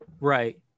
Right